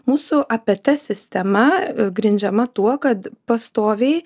mūsų apt sistema grindžiama tuo kad pastoviai